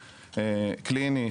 קליני,